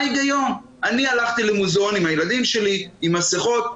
אני הלכתי למוזיאון עם הילדים שלי, עם מסכות.